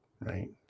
right